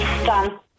done